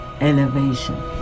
elevation